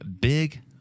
big